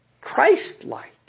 Christ-like